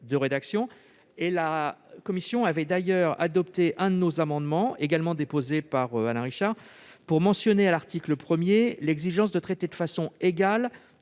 deux rédactions, et la commission avait d'ailleurs adopté un de nos amendements, identique à un amendement déposé par Alain Richard, pour mentionner à l'article 1 l'exigence de traiter de façon égale